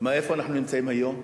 איפה אנחנו נמצאים היום?